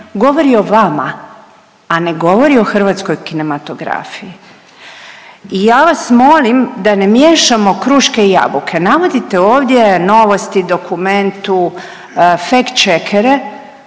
govori o vama, a ne govori o hrvatskoj kinematografiji. I ja vas molim da ne miješamo kruške i jabuke, navodite ovdje novosti dokumentu fact-checkere